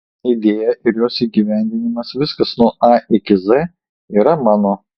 idėja ir jos įgyvendinimas viskas nuo a iki z yra mano